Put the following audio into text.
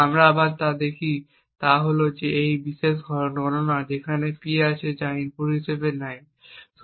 আমরা আবার যা দেখি তা হল এই বিশেষ গণনা যেখানে একটি P আছে যা ইনপুট হিসাবে নেওয়া হয়